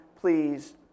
please